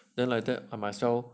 then like that I might as well